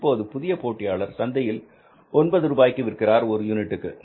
இப்போது புதிய போட்டியாளர் சந்தையில் ஒன்பது ரூபாய்க்கு விற்கிறார் ஒரு யூனிட்டிற்கு